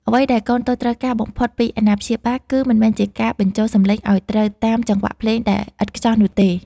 អ្វីដែលកូនតូចត្រូវការបំផុតពីអាណាព្យាបាល គឺមិនមែនជាការបញ្ចូលសំឡេងឱ្យត្រូវតាមចង្វាក់ភ្លេងដែលឥតខ្ចោះនោះទេ